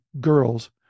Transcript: girls